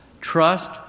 Trust